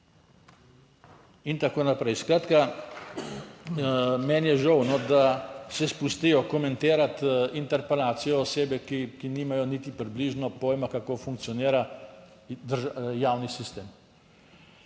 In tako naprej. Skratka, meni je žal, da se spustijo komentirati interpelacijo osebe, ki nimajo niti približno pojma, kako funkcionira javni sistem.